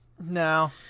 no